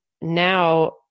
now